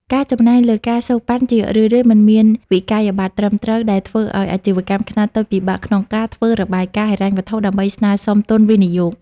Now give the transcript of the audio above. ការចំណាយលើ ការសូកប៉ាន់ ជារឿយៗមិនមានវិក្កយបត្រត្រឹមត្រូវ ដែលធ្វើឱ្យអាជីវកម្មខ្នាតតូចពិបាកក្នុងការធ្វើរបាយការណ៍ហិរញ្ញវត្ថុដើម្បីស្នើសុំទុនវិនិយោគ។